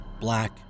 black